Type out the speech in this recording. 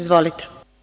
Izvolite.